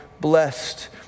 blessed